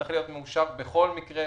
צריך להיות מאושר בכל מקרה,